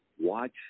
watch